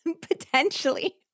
Potentially